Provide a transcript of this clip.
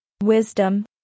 wisdom